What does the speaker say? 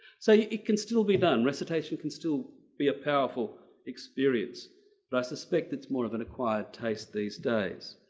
so it can still be done. recitation can still be a powerful experience but i suspect it's more of an acquired taste these days.